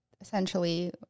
essentially